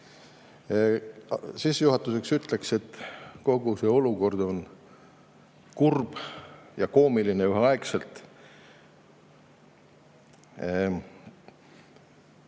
Sissejuhatuseks ütlen, et kogu see olukord on kurb ja koomiline üheaegselt.